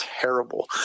terrible